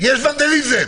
יש ונדליזם.